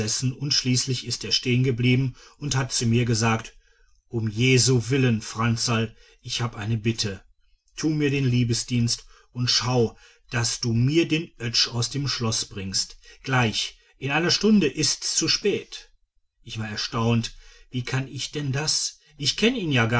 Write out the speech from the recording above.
und schließlich ist er stehen geblieben und hat zu mir gesagt um jesu willen franzl ich hab eine bitte tu mir den liebesdienst und schau daß du mir den oetsch aus dem schloß bringst gleich in einer stunde ist's zu spät ich war erstaunt wie kann ich denn das ich kenn ihn ja